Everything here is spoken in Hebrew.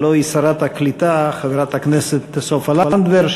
הלוא היא שרת הקליטה חברת הכנסת סופה לנדבר,